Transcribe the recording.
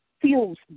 feels